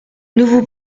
vous